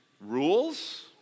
rules